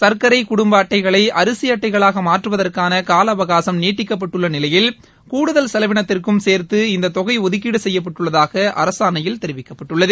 சாக்கரை குடும்ப அட்டடகளை அரிசி அட்டடகளாக மாற்றுவதற்கான காலம் அவகாசம் நீட்டிக்கப்பட்டுள்ள நிலையில் கூடுதல் செலவினத்திற்கும் சோத்து இந்த தொகை செய்யப்பட்டுள்ளதாக அரசாணையில் தெரிவிக்கப்பட்டுள்ளது